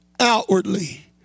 Outwardly